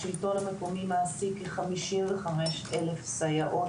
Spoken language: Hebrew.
השלטון המקומי מעסיק כ-55 אלף סייעות,